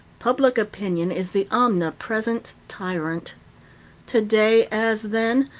public opinion is the omnipresent tyrant today, as then,